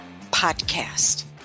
podcast